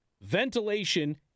ventilation